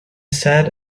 sat